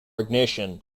ignition